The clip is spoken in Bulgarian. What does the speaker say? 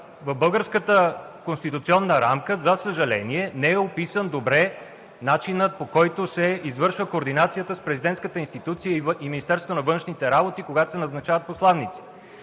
В българската конституционна рамка, за съжаление, не е описан добре начинът, по който се извършва координацията с президентската институция и Министерството на външните работи, когато се назначават посланици.